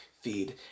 feed